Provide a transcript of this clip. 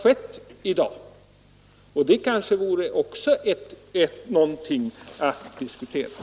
Det vore kanske också någonting att diskutera.